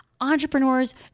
entrepreneurs